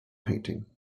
painting